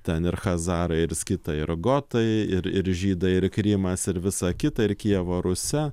ten ir chazarai ir skitai ir gotai ir ir žydai ir krymas ir visą kitą ir kijevo rusia